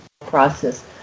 process